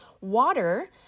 water